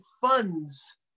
funds